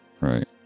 right